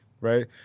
right